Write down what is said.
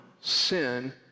sin